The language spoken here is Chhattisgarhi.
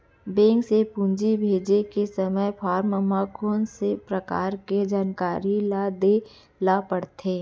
बैंक से पूंजी भेजे के समय फॉर्म म कौन परकार के जानकारी ल दे ला पड़थे?